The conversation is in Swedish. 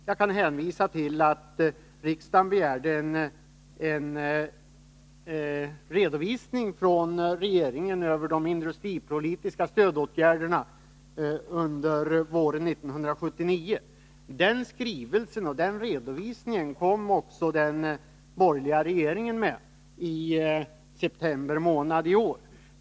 Jag kan hänvisa till att riksdagen begärde en redovisning från regeringen över de industripolitiska stödåtgärderna under våren 1979. Den redovisningen kom den borgerliga regeringen med i september månad i år.